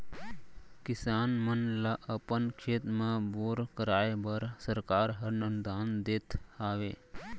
किसान मन ल अपन खेत म बोर कराए बर सरकार हर अनुदान देत हावय